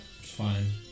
fine